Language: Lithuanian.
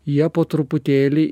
jie po truputėlį